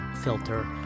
filter